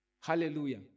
Hallelujah